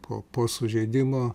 po po sužeidimo